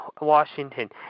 Washington